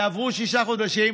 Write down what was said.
ועברו שישה חודשים,